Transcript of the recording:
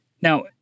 Now